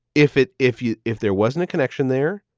if it if you if there wasn't a connection there,